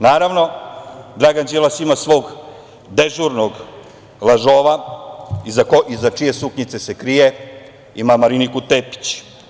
Naravno, Dragan Đilas ima svog dežurnog lažova iza čije suknjice se krije, ima Mariniku Tepić.